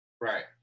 Right